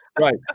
right